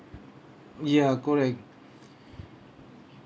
ya correct